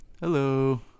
Hello